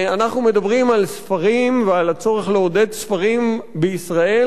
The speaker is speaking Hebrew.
אנחנו מדברים על ספרים ועל הצורך לעודד ספרים בישראל,